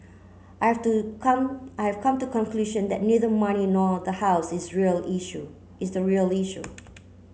I have to come I have come to conclusion that neither money nor the house is real issue is the real issue